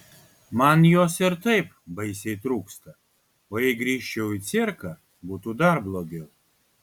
man jos ir taip baisiai trūksta o jei grįžčiau į cirką būtų dar blogiau